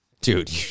Dude